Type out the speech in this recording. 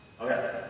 Okay